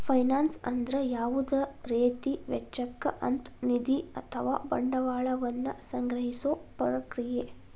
finance ಅಂದ್ರ ಯಾವುದ ರೇತಿ ವೆಚ್ಚಕ್ಕ ಅಂತ್ ನಿಧಿ ಅಥವಾ ಬಂಡವಾಳ ವನ್ನ ಸಂಗ್ರಹಿಸೊ ಪ್ರಕ್ರಿಯೆ